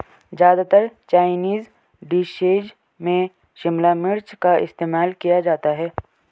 ज्यादातर Chinese dishes में शिमला मिर्च का इस्तेमाल किया जाता है